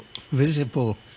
visible